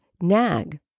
nag